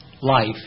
life